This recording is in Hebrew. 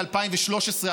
2013,